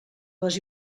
les